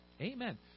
Amen